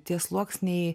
tie sluoksniai